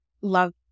love